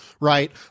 right